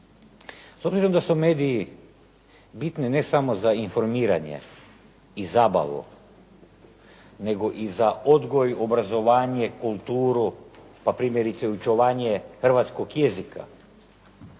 S obzirom da su mediji bitni ne samo za informiranje i zabavu, nego i za odgoj, obrazovanje, kulturu, pa primjerice i očuvanje hrvatskog jezika.